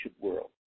world